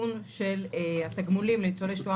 העדכון של התגמולים לניצולי השואה,